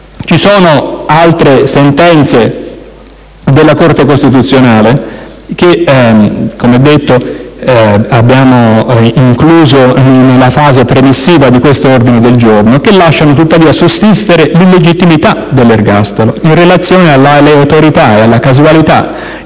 Ci sono altre sentenze della Corte costituzionale che - come già detto - abbiamo incluso nella fase premissiva di questo ordine del giorno, che lasciano tuttavia sussistere l'illegittimità dell'ergastolo in relazione all'aleatorietà, alla casualità